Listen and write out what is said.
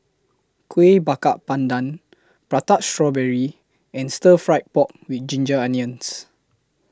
Kuih Bakar Pandan Prata Strawberry and Stir Fried Pork with Ginger Onions